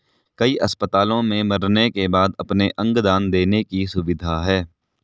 कई अस्पतालों में मरने के बाद अपने अंग दान देने की सुविधा है